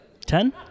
Ten